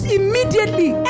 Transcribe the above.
immediately